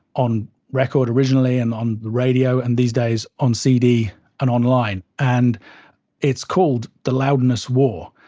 on record, originally, and on the radio, and these days, on cd and online. and it's called the loudness war,